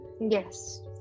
Yes